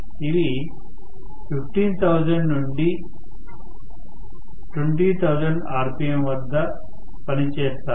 ఇవి15000 ఉండి ఇ 20000rpm వద్ద పనిచేస్తాయి